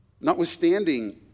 notwithstanding